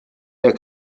der